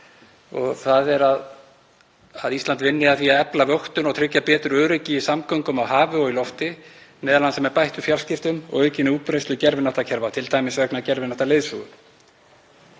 og það er að Ísland vinni að því að efla vöktun og tryggja betur öryggi í samgöngum á hafi og í lofti, m.a. með bættum fjarskiptum og aukinni útbreiðslu gervihnattakerfa, t.d. vegna gervihnattaleiðsögu.